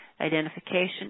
identification